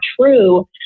true